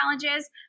challenges